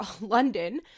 London